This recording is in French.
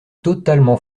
totalement